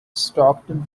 stocked